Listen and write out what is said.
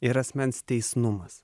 ir asmens teisnumas